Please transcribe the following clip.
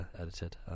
edited